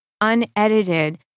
unedited